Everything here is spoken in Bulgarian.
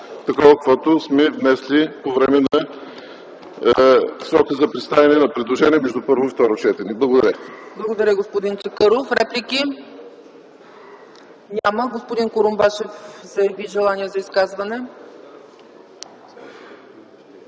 такова, каквато сме го внесли по време на срока за представяне на предложения между първо и второ четене. Благодаря.